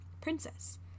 Princess